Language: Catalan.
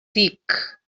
tic